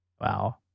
wow